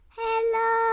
hello